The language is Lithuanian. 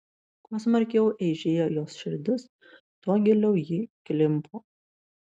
kuo smarkiau eižėjo jos širdis tuo giliau ji klimpo